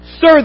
Sir